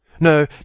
No